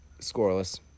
scoreless